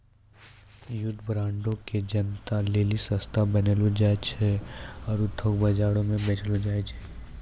युद्ध बांडो के जनता लेली सस्ता बनैलो जाय छै आरु थोक बजारो मे बेचलो जाय छै